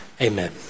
Amen